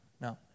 No